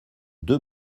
deux